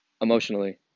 emotionally